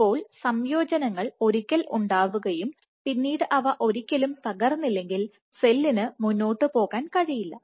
അപ്പോൾ സംയോജനങ്ങൾ ഒരിക്കൽ ഉണ്ടാവുകയും പിന്നീട് അവ ഒരിക്കലും തകർന്നില്ലെങ്കിൽ സെല്ലിന് മുന്നോട്ട് പോകാൻ കഴിയില്ല